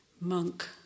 Monk